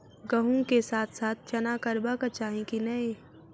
गहुम केँ साथ साथ चना करबाक चाहि की नै?